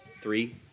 three